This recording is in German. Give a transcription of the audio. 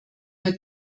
nur